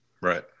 Right